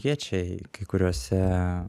kviečiai kai kuriose